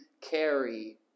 carry